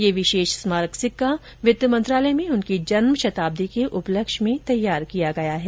यह विशेष स्मारक सिक्का वित्त मंत्रालय में उनकी जन्मशताब्दी के उपलक्ष्य में तैयार किया गया है